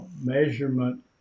measurement